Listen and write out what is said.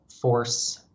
force